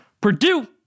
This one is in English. Purdue